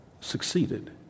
succeeded